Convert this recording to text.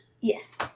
Yes